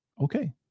okay